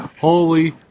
holy